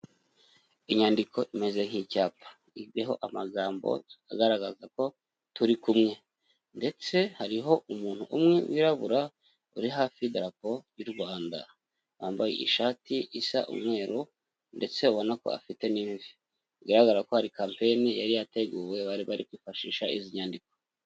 Inyandiko imeze nk'icyapa yandiho amagambo agaragaza ko turi kumwe ndetse hariho umuntu umwe wirabura uri hafi y'idarapo ry'u Rwanda wambaye ishati isa umweru ndetse ubona ko afite n'imvi. Bigaragara ko hari campaign yari yateguwe bari bari kwifashisha izi nyandiko.